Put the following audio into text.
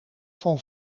van